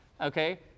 Okay